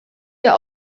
ihr